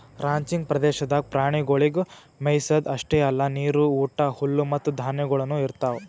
ranching ಪ್ರದೇಶದಾಗ್ ಪ್ರಾಣಿಗೊಳಿಗ್ ಮೆಯಿಸದ್ ಅಷ್ಟೆ ಅಲ್ಲಾ ನೀರು, ಊಟ, ಹುಲ್ಲು ಮತ್ತ ಧಾನ್ಯಗೊಳನು ಇರ್ತಾವ್